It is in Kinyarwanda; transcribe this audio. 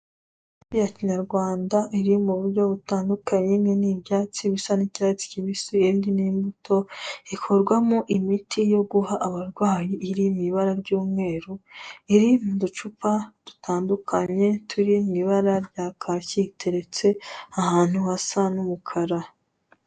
Imiti ya kinyarwanda iri mu buryo butandukunye; imwe ni ibyatsi bisa n'icyatsi cyibisi, indi ni imbuto ikorwamo imiti yo guha abarwayi iri mu ibara ry'umweru iri mu ducupa dutandukanye turi mu ibara rya kake, iteretse ahantu hasa n'umukara.